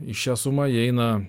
į šią sumą įeina